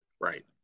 Right